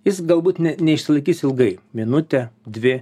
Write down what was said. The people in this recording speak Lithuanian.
jis galbūt ne neišsilaikys ilgai minutę dvi